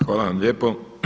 Hvala vam lijepo.